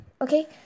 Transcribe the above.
Okay